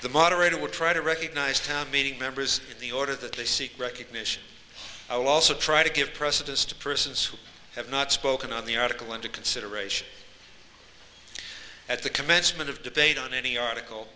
the moderator will try to recognize town meeting members in the order that they seek recognition i will also try to give precedence to persons who have not spoken on the article into consideration at the commencement of debate on any article